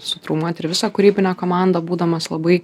sutraumuot ir visą kūrybinę komandą būdamas labai